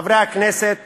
חברי הכנסת,